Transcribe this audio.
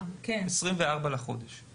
לחודש הזה.